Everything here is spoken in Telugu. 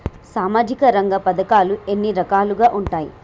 సామాజిక రంగ పథకాలు ఎన్ని రకాలుగా ఉంటాయి?